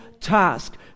task